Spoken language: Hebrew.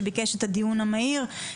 שביקש את הדיון המהיר.